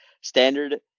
Standard